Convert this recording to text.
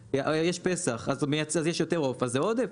יש פסח אז יש יותר עוף אז זה עודף?